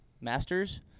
Masters